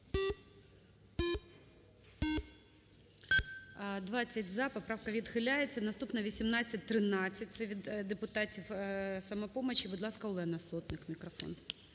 За-20 Поправка відхиляється. Наступна - 1813. Це від депутатів "Самопомочі". Будь ласка, Олена Сотник, мікрофон.